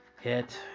hit